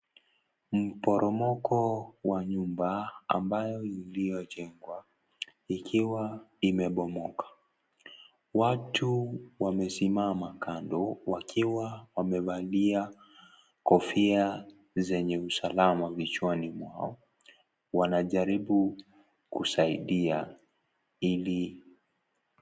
Mporomoko wa nyumba, ambayo iliyojengwa, ikiwa limebomoka. Watu wamesimama kando, wakiwa wamevalia kofia zenye usalama vichwani mwao. Wanajaribu kusaidia, ili.